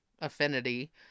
affinity